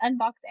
unbox